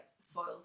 soils